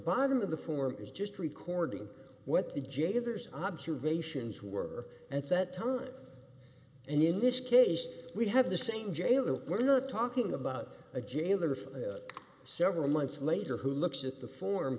bottom of the form is just recording what the jailer's observations were at that time and in this case we have the same jail and we're not talking about a jailer for several months later who looks at the form